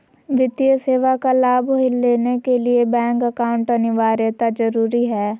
वित्तीय सेवा का लाभ लेने के लिए बैंक अकाउंट अनिवार्यता जरूरी है?